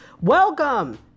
Welcome